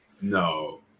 No